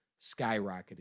skyrocketed